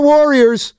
Warriors